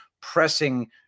pressing